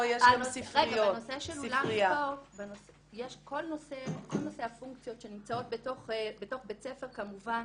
כל נושא הפונקציות שנמצאות בתוך בית ספר כמובן